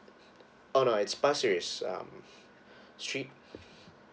alright it's pasir ris uh street